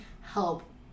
help